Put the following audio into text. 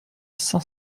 cinq